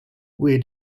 where